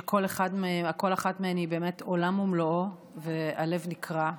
שכל אחת מהן היא באמת עולם ומלואו, והלב נקרע.